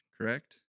correct